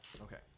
Okay